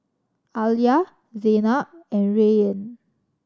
Alya Zaynab and Rayyan